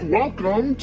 welcome